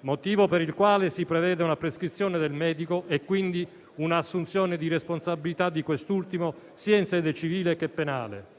motivo per il quale si prevede una prescrizione del medico e, quindi, un'assunzione di responsabilità di quest'ultimo sia in sede civile che penale.